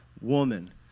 woman